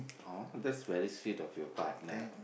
oh that's very sweet of your partner